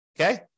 okay